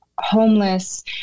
homeless